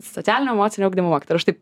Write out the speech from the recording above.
socialinio emocinio ugdymo mokytoja ir aš taip